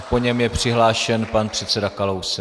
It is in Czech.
Po něm je přihlášen pan předseda Kalousek.